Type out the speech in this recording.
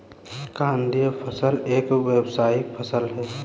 कंदीय फसल एक व्यावसायिक फसल है